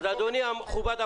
אז אדוני המכובד,